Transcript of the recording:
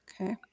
Okay